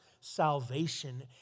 salvation